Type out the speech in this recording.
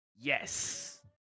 Yes